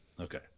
Okay